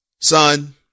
Son